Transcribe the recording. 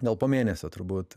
gal po mėnesio turbūt